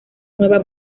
nueva